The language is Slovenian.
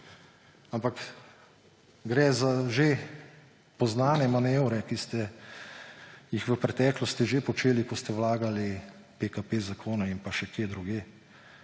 ampak gre za že poznane manevre, ki ste jih v preteklosti že počeli, ko ste vlagali PKP-zakone in pa še kje drugje.